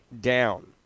down